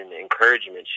encouragement